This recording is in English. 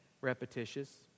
repetitious